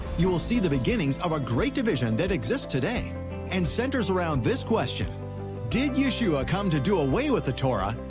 you will see the beginnings of a great division that exists today and centers around this question did yeshua come to do away with the torah,